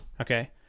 Okay